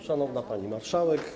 Szanowna Pani Marszałek!